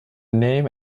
name